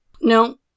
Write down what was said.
No